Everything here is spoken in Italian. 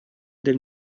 del